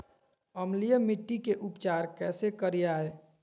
अम्लीय मिट्टी के उपचार कैसे करियाय?